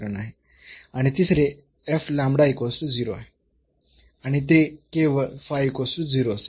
आणि तिसरे आहे आणि ते केवळ असेल